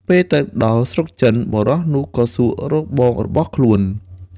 ពេលទៅដល់ស្រុកចិន បុរសនោះក៏សួររកបងរបស់ខ្លួន។